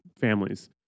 families